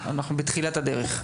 אנחנו בתחילת הדרך.